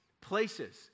places